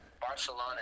Barcelona